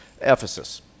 Ephesus